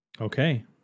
Okay